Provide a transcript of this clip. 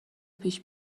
پیش